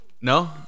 No